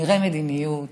נראה מדיניות,